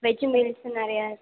veggie மீல்ஸும் நிறையா இருக்குது